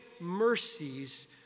mercies